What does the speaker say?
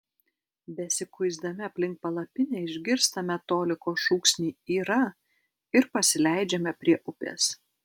besikuisdami aplink palapinę išgirstame toliko šūksnį yra ir pasileidžiame prie upės